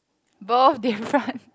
both different